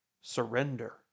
surrender